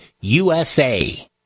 USA